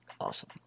Awesome